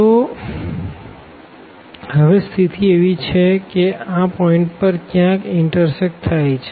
તો હવે સ્થિતિ એવી છે કે તે આ પોઈન્ટ પર ક્યાંક ઇનટરસેકટ થાય છે